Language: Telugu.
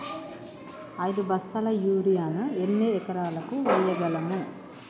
ఐదు బస్తాల యూరియా ను ఎన్ని ఎకరాలకు వేయగలము?